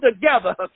together